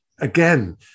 again